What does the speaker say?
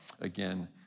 again